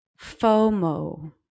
FOMO